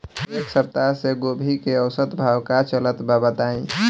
एक सप्ताह से गोभी के औसत भाव का चलत बा बताई?